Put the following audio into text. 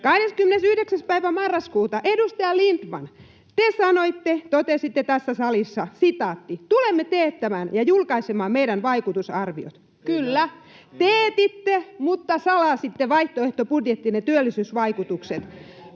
29. päivä marraskuuta, edustaja Lindtman, te sanoitte, totesitte tässä salissa: ”Tulemme teettämään ja julkaisemaan meidän vaikutusarviot.” Kyllä, teetitte mutta salasitte vaihtoehtobudjettinne työllisyysvaikutukset.